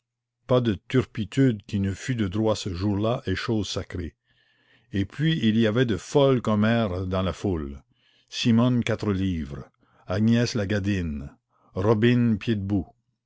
pas de turpitude qui ne fût de droit ce jour-là et chose sacrée et puis il y avait de folles commères dans la foule simone quatrelivres agnès la gadine robine